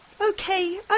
Okay